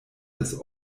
des